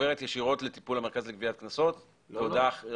ות לטיפול המרכז לגביית קנסות והודעה